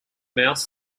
mouse